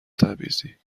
تبعیضی